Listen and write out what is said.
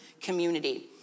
community